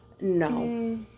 No